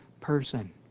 person